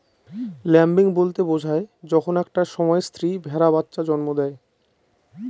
lambing বলতে বোঝায় যখন একটা সময় স্ত্রী ভেড়া বাচ্চা জন্ম দেয়